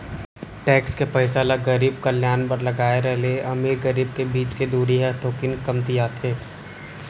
tax के पइसा ल गरीब कल्यान बर लगाए र ले अमीर गरीब के बीच के दूरी ह थोकिन कमतियाथे